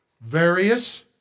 Various